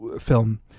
film